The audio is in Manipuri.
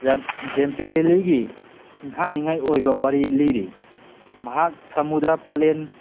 ꯖꯦꯝꯄꯦꯔꯤꯂꯤꯒꯤ ꯁꯤꯡꯊꯥꯅꯤꯡꯉꯥꯏ ꯑꯣꯏꯕ ꯋꯥꯔꯤ ꯂꯤꯔꯤ ꯃꯍꯥꯛ ꯁꯃꯨꯗ꯭ꯔ ꯄꯂꯦꯟ